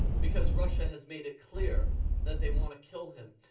because russia has made it clear that they wanna kill him.